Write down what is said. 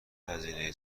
هزینه